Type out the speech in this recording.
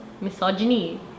misogyny